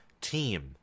team